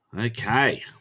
okay